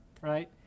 Right